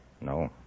No